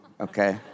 okay